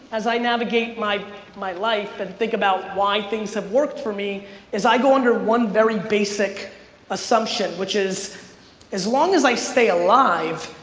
as i navigate my my life and think about why things have worked for me is i go under one very basic assumption which is as long as i stay alive,